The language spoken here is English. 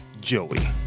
joey